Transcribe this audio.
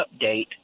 update